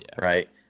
Right